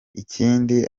ikindi